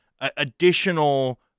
additional